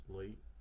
late